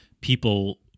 people